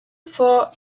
for